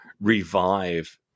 revive